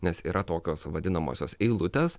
nes yra tokios vadinamosios eilutės